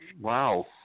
Wow